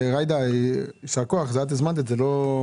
וג'ידא, ישר כוח על שהזמנת את העבודה.